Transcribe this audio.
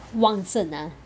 旺盛 ah